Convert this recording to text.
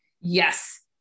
Yes